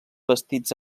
bastits